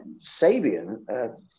Sabian